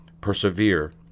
persevere